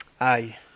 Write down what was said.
aye